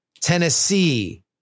Tennessee